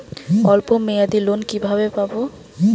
অল্প মেয়াদি লোন কিভাবে পাব?